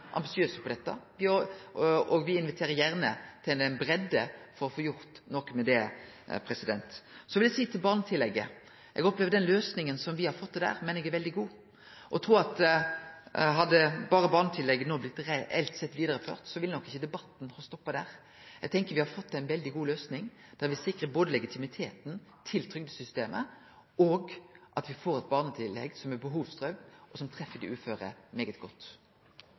ambisiøse på dette, og me inviterer gjerne breitt for å få gjort noko med det. Så vil eg seie om barnetillegget at eg opplever og meiner at den løysinga som me har fått til der, er veldig god, og eg trur at hadde berre barnetillegget no reelt sett blitt vidareført, så ville nok ikkje debatten ha stoppa der. Eg tenkjer at me har fått til ei veldig god løysing, der me sikrar legitimiteten til trygdesystemet og at me får eit barnetillegg som er behovsprøvd, og som treffer dei uføre særs godt.